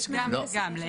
לא, יש גם וגם.